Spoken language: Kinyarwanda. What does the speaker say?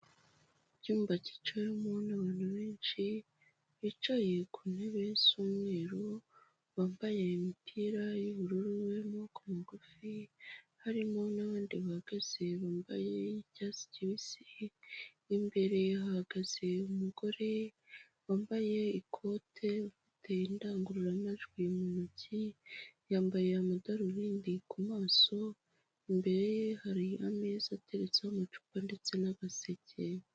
Icyumba cyicawemo n'abantu benshi bicaye ku ntebe z'umweru bambaye imipira y'ubururu y'amaboko magufi harimo n'abandi bahagaze bambaye icyatsi kibisi imbere hahagaze umugore wambaye ikote ufite indangururamajwi mu ntoki yambaye amadarubindi ku maso imbere ye hari ameza ateretseho amacupa ndetse n'agaseke.